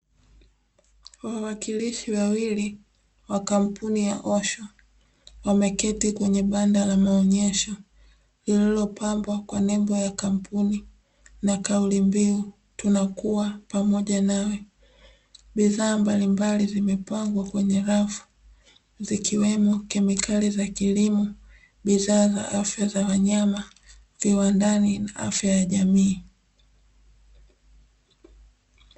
Wawakilishi wawili wa kampuni ya Osho wameketi kwenye banda la maonyesho lililopambwa kwa nembo ya kampuni na kauli mbiu, "Tunakuwa pamoja nawe." Bidhaa mbalimbali zimepangwa kwenye rafu, zikiwemo kemikali za kilimo, bidhaa za afya za wanyama, viwandani na afya ya jamii.